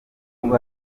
n’uko